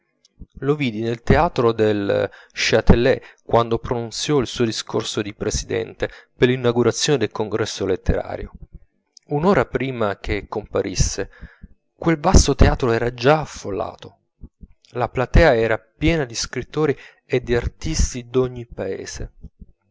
lo vidi nel teatro del chtelet quando pronunziò il suo discorso di presidente per l'inaugurazione del congresso letterario un'ora prima che comparisse quel vasto teatro era già affollato la platea era piena di scrittori e d'artisti d'ogni paese